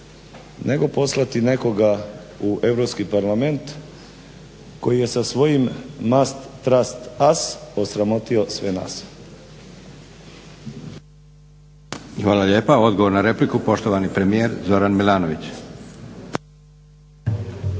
nego poslati nekoga u Europski parlament koji je sa svojim mast trast as osramotio sve nas. **Leko, Josip (SDP)** Hvala lijepa. Odgovor na repliku, poštovani premijer Zoran Milanović.